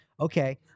Okay